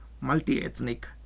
multi-ethnic